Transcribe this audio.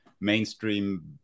mainstream